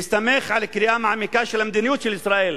בהסתמך על קריאה מעמיקה של המדיניות של ישראל,